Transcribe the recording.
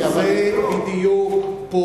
זה בדיוק,